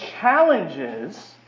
challenges